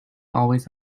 always